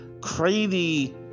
crazy